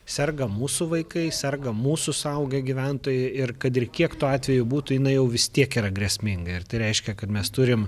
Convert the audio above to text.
serga mūsų vaikai serga mūsų suaugę gyventojai ir kad ir kiek tų atveju būtų jinai jau vis tiek yra grėsminga ir tai reiškia kad mes turim